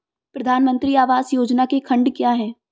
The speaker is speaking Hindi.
प्रधानमंत्री आवास योजना के खंड क्या हैं?